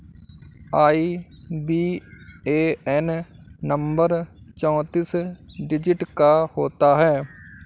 IBAN number चौतीस digit का होता है